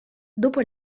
dopo